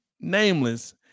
nameless